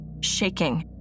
shaking